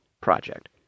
project